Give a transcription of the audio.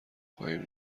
خواهیم